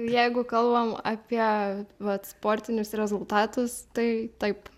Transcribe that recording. jeigu kalbam apie vat sportinius rezultatus tai taip